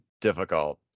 difficult